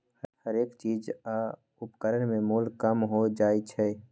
हरेक चीज आ उपकरण में मोल कम हो जाइ छै